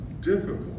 difficult